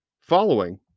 following